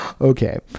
Okay